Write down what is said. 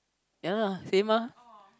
ya lah same ah